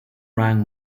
rang